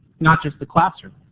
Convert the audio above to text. not just the classroom.